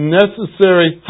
necessary